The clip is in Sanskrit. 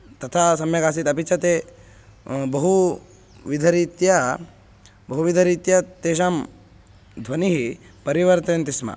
तथा सम्यगासीत् अपि च ते बहुविधरीत्या बहुविधरीत्या तेषां ध्वनिः परिवर्तयन्ति स्म